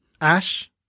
ash